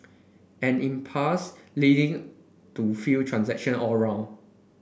an impasse leading to fewer transactions all round